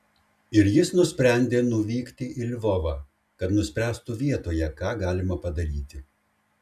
ir jis nusprendė nuvykti į lvovą kad nuspręstų vietoje ką galima padaryti